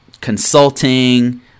consulting